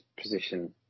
position